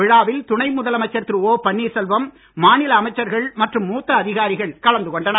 விழாவில் துணை முதலமைச்சர் திரு ஓ பன்னீர் செல்வம் மாநில அமைச்சர்கள் மற்றும் மூத்த அதிகாரிகள் கலந்து கொண்டனர்